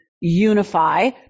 Unify